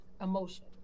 emotion